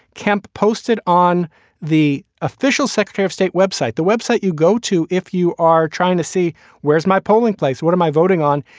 kemp posted on the official secretary of state web site, the web site you go to, if you are trying to see where's my polling place, what am i voting on?